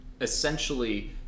Essentially